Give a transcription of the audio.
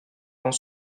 vent